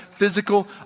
physical